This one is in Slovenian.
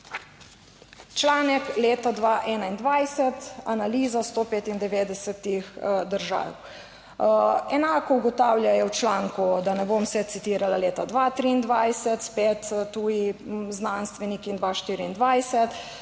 članek leta 2021, analiza 195 držav. Enako ugotavljajo v članku, da ne bom se citirala, leta 2023 spet tuji znanstveniki in 2024,